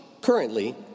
currently